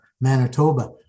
Manitoba